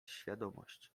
świadomość